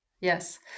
Yes